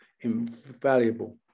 invaluable